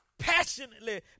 passionately